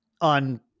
on